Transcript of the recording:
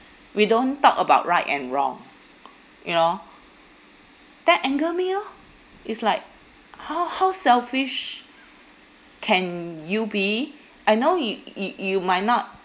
we don't talk about right and wrong you know that anger me lor is like ho~ how selfish can you be I know y~ yo~ you might not